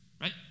right